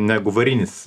negu varinis